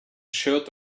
shirt